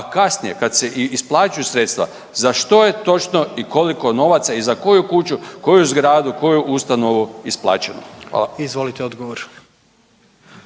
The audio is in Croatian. a kasnije kad se i isplaćuju sredstva za što je točno i koliko novaca i za koju kuću, koju zgradu, koju ustanovu isplaćeno. Hvala. **Jandroković,